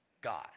God